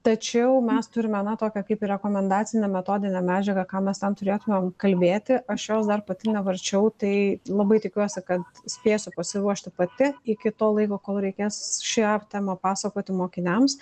tačiau mes turime na tokią kaip ir rekomendacinę metodinę medžiagą ką mes ten turėtum kalbėti aš jos dar pati nevarčiau tai labai tikiuosi kad spėsiu pasiruošti pati iki to laiko kol reikės šią temą pasakoti mokiniams